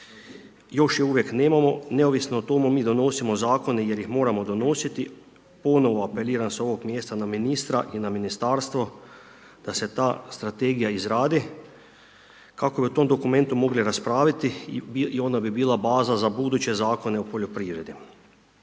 još je uvijek nemamo. Neovisno o tome, mi donosimo Zakone jer ih moramo donositi, ponovo apeliram s ovoga mjesta, na ministra i Ministarstvo, da se ta strategija izradi, kako bi o tom dokumentu mogli raspraviti i onda bi bila baza za buduće Zakone o poljoprivredi.